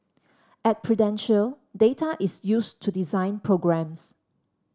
at Prudential data is used to design programmes